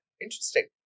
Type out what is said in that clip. Interesting